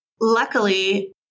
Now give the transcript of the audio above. luckily